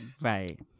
Right